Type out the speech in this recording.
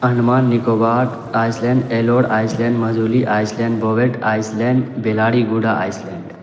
Andaman Nicobar island ایلور island مجھولی island بوگیلٹ آئس لینڈ بلاڑی گوڈا آئس لینڈ